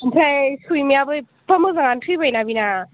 ओमफ्राय सैमायाबो एबफा मोजांआनो थैबायना बेना